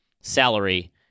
salary